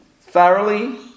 thoroughly